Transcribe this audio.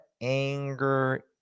anger